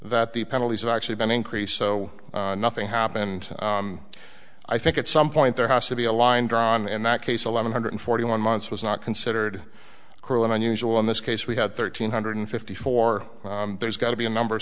that the penalties have actually been increased so nothing happened i think at some point there has to be a line drawn in that case eleven hundred forty one months was not considered cruel and unusual in this case we had thirteen hundred fifty four there's got to be a number